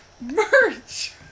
merch